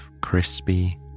crispy